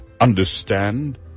understand